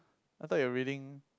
I thought you're reading